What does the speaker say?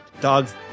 Dogs